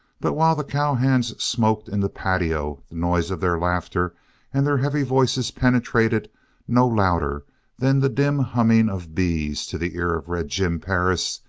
but while the cowhands smoked in the patio, the noise of their laughter and their heavy voices penetrated no louder than the dim humming of bees to the ear of red jim perris,